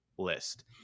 List